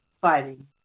fighting